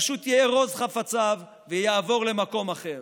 פשוט יארוז חפציו ויעבור למקום אחר.